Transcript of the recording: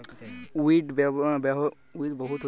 weed বহুত ভাবে ভাঙা হ্যতে পারে যেমল পুকুর দিয়ে বা মাটি দিয়ে